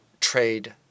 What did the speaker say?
trade